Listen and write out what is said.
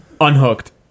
Unhooked